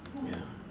ya